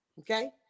okay